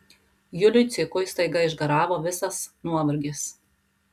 juliui cikui staiga išgaravo visas nuovargis